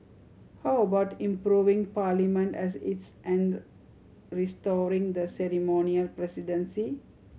how about improving Parliament as it's and restoring the ceremonial presidency